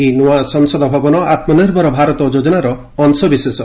ଏହି ନୂଆ ସଂସଦ ଭବନ ଆତ୍କନିର୍ଭର ଭାରତ ଯୋଜନାର ଅଂଶବିଶେଷ